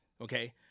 Okay